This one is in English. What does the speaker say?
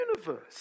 universe